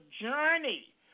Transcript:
journey